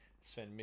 Sven